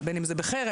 בין אם זה בחרם,